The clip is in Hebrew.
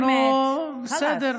אנחנו, בסדר.